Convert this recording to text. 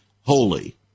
holy